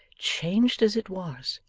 changed as it was,